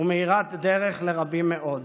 ומאירת דרך לרבים מאוד.